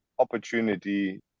opportunity